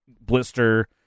blister